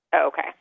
Okay